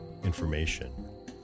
Information